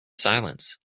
silence